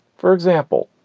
for example,